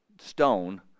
stone